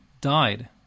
died